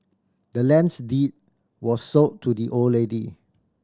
the land's deed was sold to the old lady